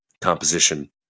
composition